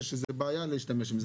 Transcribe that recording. זה רק מחזק את זה שזו בעיה להשתמש בזה.